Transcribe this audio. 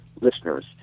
listeners